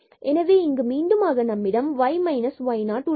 எனவே இங்கு மீண்டுமாக நம்மிடம் y y0 உள்ளது